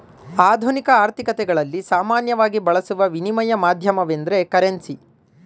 ಆಧುನಿಕ ಆರ್ಥಿಕತೆಗಳಲ್ಲಿ ಸಾಮಾನ್ಯವಾಗಿ ಬಳಸುವ ವಿನಿಮಯ ಮಾಧ್ಯಮವೆಂದ್ರೆ ಕರೆನ್ಸಿ